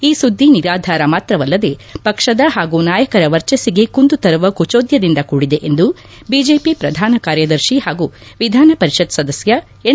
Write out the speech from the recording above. ಈ ಸುದ್ದಿ ನಿರಾಧಾರ ಮಾತ್ರವಲ್ಲದೆ ಪಕ್ಷದ ಹಾಗೂ ನಾಯಕರ ವರ್ಚಸ್ಲಿಗೆ ಕುಂದು ತರುವ ಕುಚೋದ್ಯದಿಂದ ಕೂಡಿದೆ ಎಂದು ಬಿಜೆಪಿ ಪ್ರಧಾನ ಕಾರ್ಯದರ್ಶಿ ಹಾಗೂ ವಿಧಾನ ಪರಿಷತ್ ಸದಸ್ಯ ಎನ್